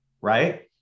right